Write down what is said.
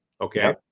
okay